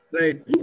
Right